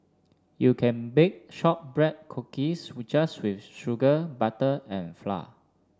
you can bake shortbread cookies we just with sugar butter and flour